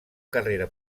carrera